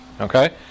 okay